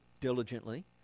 diligently